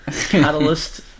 Catalyst